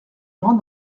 moins